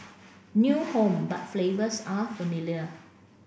new home but flavors are familiar